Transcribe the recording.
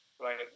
right